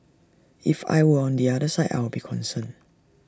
if I were on the other side I'll be concerned